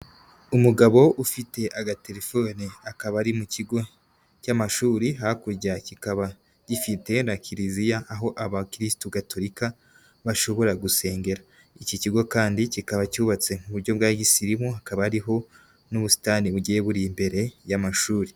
Umugabo ufite agatelefoni, akaba ari mu kigo cy'amashuri, hakurya kikaba gifite na Kiliziya, aho abakirisitu gatulika bashobora gusengera, iki kigo kandi kikaba cyubatse mu buryo bwa gisirimu, hakaba hariho n'ubusitani bugiye buri imbere y'amashuri.